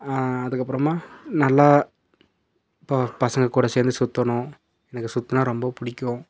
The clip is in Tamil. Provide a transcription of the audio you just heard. அதுக்கப்புறமா நல்ல இப்போ பசங்க கூட சேர்ந்து சுற்றணும் எனக்கு சுற்றினா ரொம்ப பிடிக்கும்